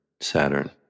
Saturn